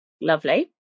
Lovely